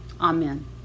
Amen